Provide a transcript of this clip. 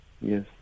Yes